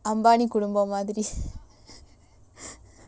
அந்த:antha caste system